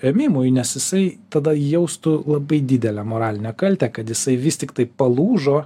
ėmimui nes jisai tada jaustų labai didelę moralinę kaltę kad jisai vis tiktai palūžo